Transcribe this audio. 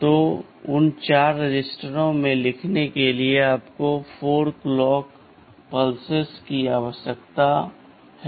तो उन 4 रजिस्टरों में लिखने के लिए आपको 4 क्लॉक पल्सेसकी आवश्यकता है